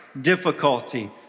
difficulty